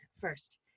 first